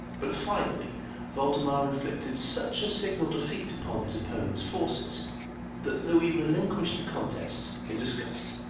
but finally voldemar inflicted such a signal defeat upon his opponent's forces that louis relinquished the contest in disgust,